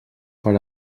per